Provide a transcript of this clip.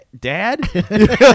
dad